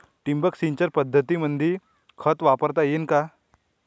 ठिबक सिंचन पद्धतीमंदी खत वापरता येईन का?